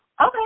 Okay